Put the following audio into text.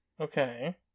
Okay